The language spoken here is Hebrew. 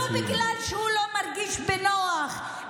לא בגלל שהוא לא מרגיש בנוח,